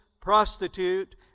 prostitute